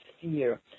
fear